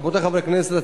רבותי חברי הכנסת,